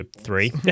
three